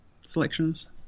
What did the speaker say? selections